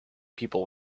people